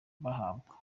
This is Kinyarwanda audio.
bahabwa